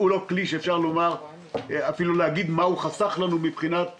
הוא לא כלי שאפשר להגיד מה הוא חסך לנו מבחינת חולים,